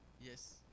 Yes